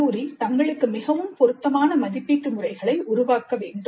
கல்லூரி தங்களுக்கு மிகவும் பொருத்தமான மதிப்பீட்டு முறைகளை உருவாக்க வேண்டும்